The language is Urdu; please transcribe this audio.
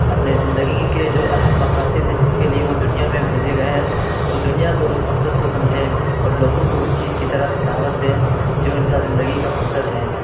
اپنے زندگی کے جو اہم مقاصد ہے جس کے لیے وہ دنیا میں بھیجے گئے ہیں اس دنیا کو اس مقصد کو سمجھیں اور لوگوں کو اس چیز کی طرف دعوت دیں جو ان کا زندگی کا مقصد ہے